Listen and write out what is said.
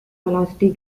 velocity